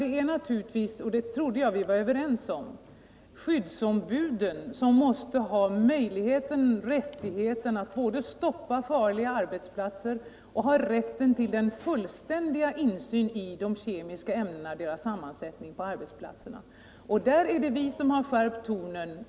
Det är naturligtvis — och det trodde jag vi var överens om — skyddsombuden som måste ha rätt att stoppa arbetet på farliga arbetsplatser och ha rätt till fullständig insyn när det gäller de kemiska ämnena och deras sammansättning på arbetsplatserna. Därvidlag är det vi som har skärpt tonen.